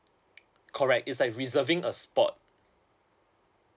correct is like reserving a spot